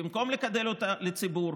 ובמקום לקדם אותה לציבור,